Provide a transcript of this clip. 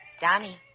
Donnie